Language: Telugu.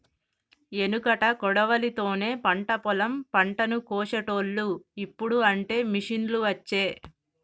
ఎనుకట కొడవలి తోనే పంట పొలం పంటను కోశేటోళ్లు, ఇప్పుడు అంటే మిషిండ్లు వచ్చే